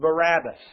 Barabbas